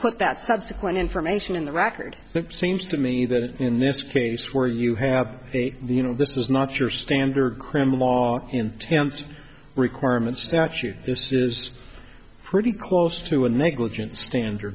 put that subsequent information in the record so it seems to me that in this case where you have the you know this is not your standard cram a lot in tempt requirements statute this is pretty close to a negligent standard